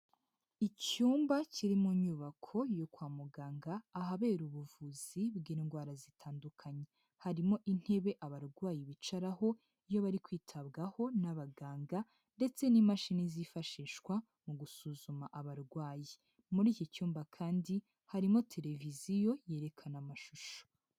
Icyumba kiri mu nyubako yo kwa muganga ahabera ubuvuzi bw'indwara zitandukanye, harimo intebe abarwayi bicaraho iyo bari kwitabwaho n'abaganga ndetse n'imashini zifashishwa mu gusuzuma abarwayi, muri iki cyumba kandi harimo tereviziyo yerekana amashusho.